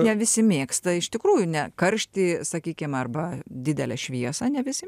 ne visi mėgsta iš tikrųjų ne karštį sakykim arba didelę šviesą ne visi